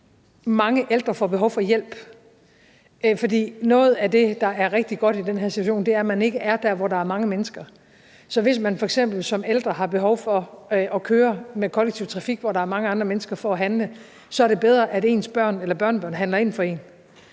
mange ældre får behov for hjælp, og noget af det, der er rigtig godt i den her situation, er, at man ikke er der, hvor der er mange mennesker. Så hvis man f.eks. som ældre har behov for at køre med kollektiv trafik, hvor der er mange andre mennesker, for at handle, så er det bedre, at ens børn eller børnebørn handler ind for en.